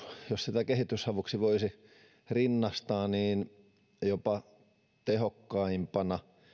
jos sitä kehitysavuksi voisi rinnastaa jopa tehokkaimpana